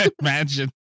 Imagine